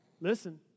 Listen